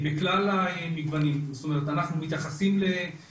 אחרי מספר דיונים עם הפרקליטות הצלחנו